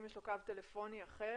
אם יש לו קו טלפון אחר,